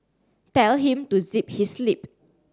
tell him to zip his lip